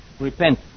repent